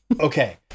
Okay